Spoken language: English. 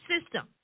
system